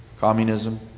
communism